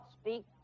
speak